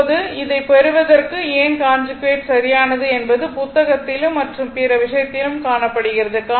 இப்போது அதைப் பெறுவதற்கு ஏன் கான்ஜுகேட் சரியானது என்பது புத்தகத்திலும் மற்றும் பிற விஷயத்திலும் காணப்படுகிறது